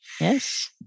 Yes